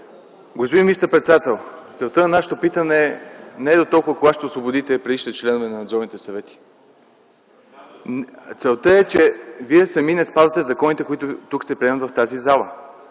Господин министър-председател, целта на нашето питане е не толкова кога ще освободите предишните членове на надзорните съвети. Целта е, че вие сами не спазвате законите, които се приемат тук, в тази зала.